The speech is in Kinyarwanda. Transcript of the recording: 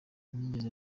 nigeze